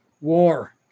war